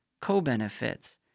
co-benefits